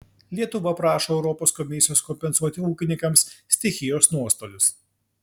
lietuva prašo europos komisijos kompensuoti ūkininkams stichijos nuostolius